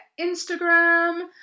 Instagram